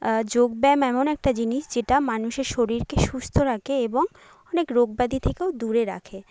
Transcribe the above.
যোগ ব্যায়াম এমন একটা জিনিস যেটা মানুষের শরীরকে সুস্থ রাখে এবং অনেক রোগ ব্যাধি থেকেও দূরে রাখে